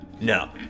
No